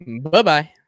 Bye-bye